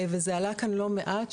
וזה עלה כאן לא מעט,